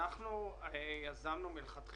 זאת חוצפה שלא תיאמן.